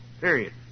Period